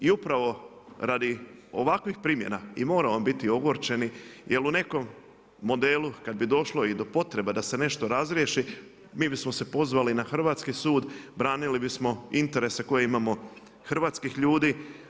I upravo radi ovakvih primjena i moramo biti ogorčeni jer u nekom modelu kad bi došlo i do potreba da se nešto razriješi mi bismo se pozvali na hrvatski sud, branili bismo interese koje imajmo hrvatskih ljudi.